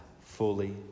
fully